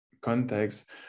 context